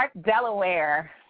Delaware